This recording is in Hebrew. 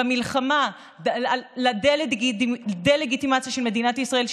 למלחמה בדה-לגיטימציה של מדינת ישראל,